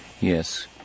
Yes